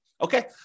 Okay